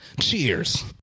Cheers